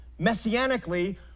messianically